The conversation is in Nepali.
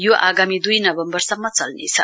यो आगामी दुई नवम्वरसम्म चल्नेछ